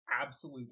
absolute